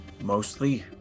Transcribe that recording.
mostly